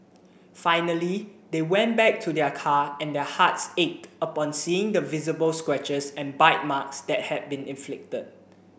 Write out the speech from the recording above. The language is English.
finally they went back to their car and their hearts ached upon seeing the visible scratches and bite marks that had been inflicted